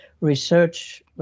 research